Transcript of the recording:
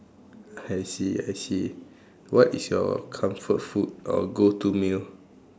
I see I see what is your comfort food or go to meal